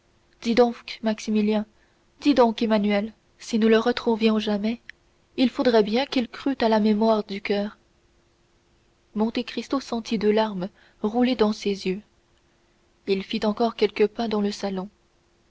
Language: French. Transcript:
donc maximilien dis donc emmanuel si nous le retrouvions jamais il faudrait bien qu'il crût à la mémoire du coeur monte cristo sentit deux larmes rouler dans ses yeux il fit encore quelques pas dans le salon